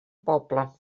poble